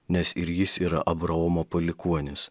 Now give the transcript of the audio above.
nes ir jis yra abraomo palikuonis